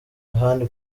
yohani